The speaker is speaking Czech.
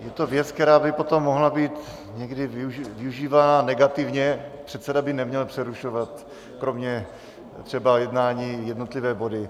Je to věc, která by potom mohla být někdy využívána negativně, předseda by neměl přerušovat, kromě třeba jednání, jednotlivé body.